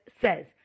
says